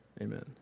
Amen